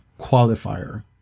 qualifier